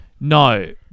No